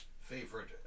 favorite